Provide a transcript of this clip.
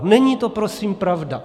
Není to prosím pravda.